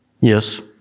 Yes